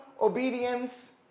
obedience